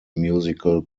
musical